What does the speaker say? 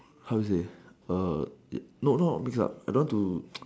how to say no no not mix up I don't want to